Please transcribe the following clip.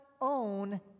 own